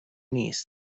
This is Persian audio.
نیست